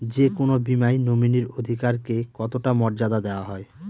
যে কোনো বীমায় নমিনীর অধিকার কে কতটা মর্যাদা দেওয়া হয়?